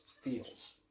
feels